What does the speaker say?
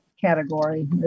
category